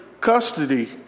custody